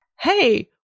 hey